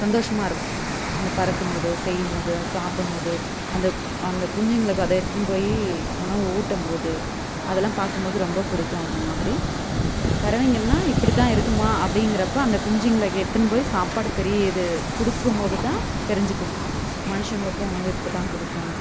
சந்தோஷமாக இருக்கும் அந்த பறக்கும் போது செய்யும் போது அது சாப்பிடும் போது அந்த அந்த குஞ்சுங்களுக்கு அதை எடுத்துகிட்டு போய் உணவு ஊட்டும் போது அதெல்லாம் பார்க்கும் போது ரொம்ப பிடிக்கும் அதை மாதிரி பறவைங்கன்னா இப்படி தான் இருக்குமா அப்படிங்கிறப்ப அந்த குஞ்சுங்களை எடுத்துகிட்டு போய் சாப்பாடு பெரிய இது கொடுக்கும் போது தான் தெரிஞ்சுக்குவோம் மனுஷங்களுக்கும் உணவை இப்படி தான் கொடுப்போம்